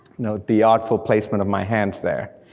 not the artful placement of my hands there.